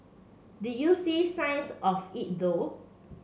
do you see signs of it though